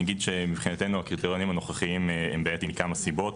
אני אגיד שמבחינתנו הקריטריונים הנוכחיים הם בעייתיים מכמה סיבות.